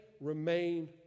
remain